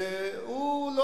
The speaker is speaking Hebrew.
והוא,